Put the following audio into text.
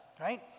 right